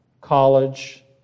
college